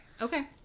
Okay